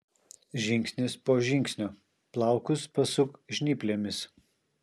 žingsnis po žingsnio plaukus pasuk žnyplėmis